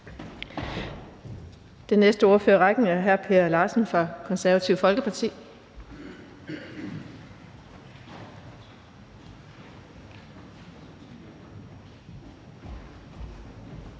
Den næste ordfører i rækken er hr. Per Larsen fra Det Konservative Folkeparti.